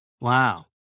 Wow